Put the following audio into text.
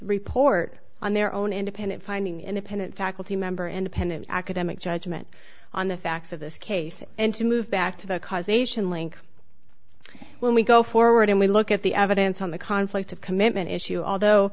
report on their own independent finding independent faculty member independent academic judgment on the facts of this case and to move back to the causation link when we go forward and we look at the evidence on the conflict of commitment issue although